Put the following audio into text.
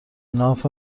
ناف